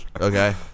Okay